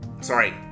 sorry